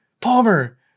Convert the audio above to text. Palmer